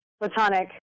platonic